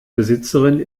besitzerin